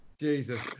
Jesus